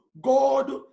God